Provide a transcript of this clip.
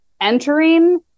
entering